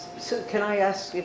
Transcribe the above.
so, can i ask if,